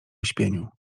uśpieniu